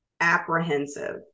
apprehensive